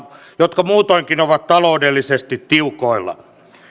jotka muutoinkin ovat taloudellisesti tiukoilla